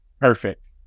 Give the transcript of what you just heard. Perfect